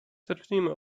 zacznijmy